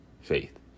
faith